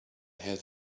had